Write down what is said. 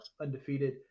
undefeated